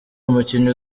umukinnyi